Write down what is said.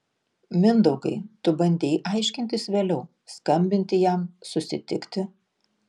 mindaugai tu bandei aiškintis vėliau skambinti jam susitikti